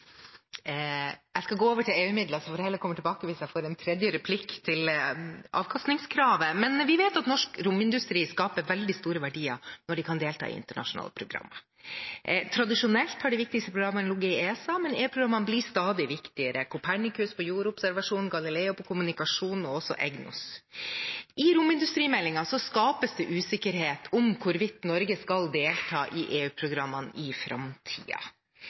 Jeg skal gå over til EU-midler, og så får jeg heller komme tilbake til avkastningskravet hvis jeg får en tredje replikk. Vi vet at norsk romindustri skaper veldig store verdier når de kan delta i internasjonale programmer. Tradisjonelt har de viktigste programmene ligget i ESA, men EU-programmene blir stadig viktigere: Copernicus på jordobservasjon, Galileo på kommunikasjon, og også EGNOS. I romindustrimeldingen skapes det usikkerhet om hvorvidt Norge skal delta i EU-programmene i